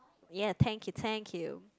ya thank you thank you